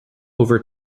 over